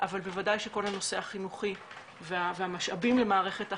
אבל בוודאי שכל הנושא החינוכי והמשאבים למערכת החינוך,